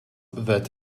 that